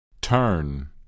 turn